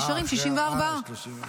ונשארים 64. אחרי ה-30,